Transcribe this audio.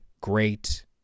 great